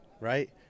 right